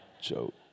joke